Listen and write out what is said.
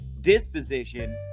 disposition